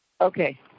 Okay